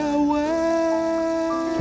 away